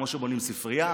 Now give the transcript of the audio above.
כמו שבונים ספרייה,